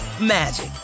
magic